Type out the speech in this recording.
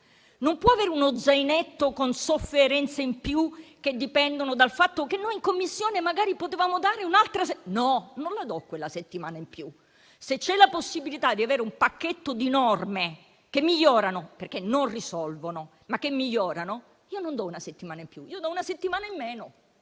Non può avere uno zainetto con sofferenze in più che dipendono dal fatto che noi in Commissione magari potevamo dare un'altra settimana. No, non la do quella settimana in più. Se c'è la possibilità di avere un pacchetto di norme migliorative - perché non sono risolutive - io non do una settimana in più, ne do una in meno,